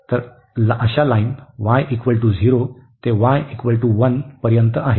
तर अशा line y0 ते y1 पर्यंत आहेत